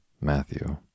Matthew